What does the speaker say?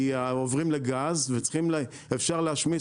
כי עוברים לגז וצריכים ואולי אפשר להשמיש